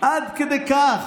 עד כדי כך.